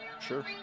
sure